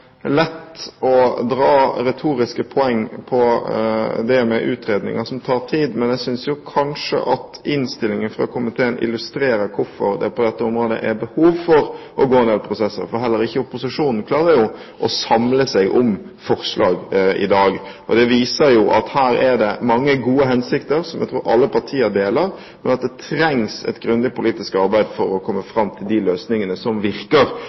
lett å dra retoriske poeng på det med utredninger som tar tid. Men jeg synes jo kanskje at innstillingen fra komiteen illustrerer hvorfor det på dette området er behov for å gå gjennom en del prosesser. For heller ikke opposisjonen klarer jo å samle seg om forslag i dag. Det viser jo at her er det mange gode hensikter som jeg tror alle partier deler, men at det trengs et grundig politisk arbeid for å komme fram til de løsningene som virker,